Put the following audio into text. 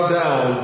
down